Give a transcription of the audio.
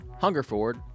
Hungerford